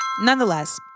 Nonetheless